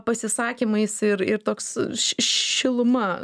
pasisakymais ir ir toks šiluma